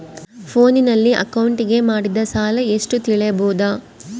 ಫೋನಿನಲ್ಲಿ ಅಕೌಂಟಿಗೆ ಮಾಡಿದ ಸಾಲ ಎಷ್ಟು ತಿಳೇಬೋದ?